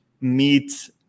meet